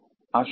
આ શું છે